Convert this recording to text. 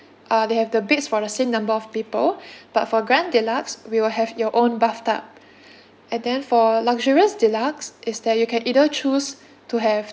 ah they have the beds for the same number of people but for grand deluxe we will have your own bathtub and then for luxurious deluxe is that you can either choose to have